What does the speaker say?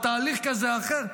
או תהליך כזה או אחר.